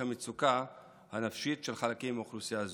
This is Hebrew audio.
המצוקה הנפשית של חלקים מאוכלוסייה זו.